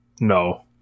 No